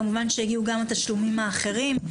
כמובן שיגיעו גם התשלומים האחרים.